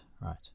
right